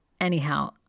Anyhow